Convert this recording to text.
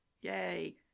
yay